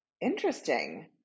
interesting